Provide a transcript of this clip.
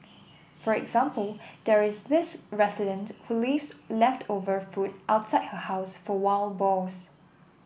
for example there is this resident who leaves leftover food outside her house for wild boars